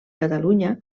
catalunya